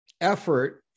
effort